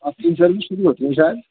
اب تین service free ہوتی ہے شاید